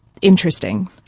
interesting